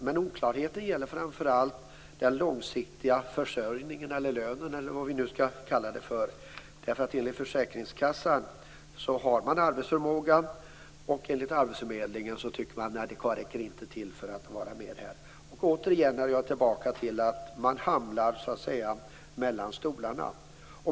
Men oklarheten gäller framför allt den långsiktiga försörjningen, lönen eller vad vi skall kalla det för. Enligt försäkringskassan har dessa människor arbetsförmåga, på arbetsförmedlingen tycker man att den inte räcker till för att vara med där. Återigen är jag tillbaka till att man hamnar mellan stolarna.